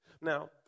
Now